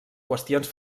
qüestions